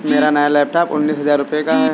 मेरा नया लैपटॉप उन्नीस हजार रूपए का है